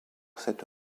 cette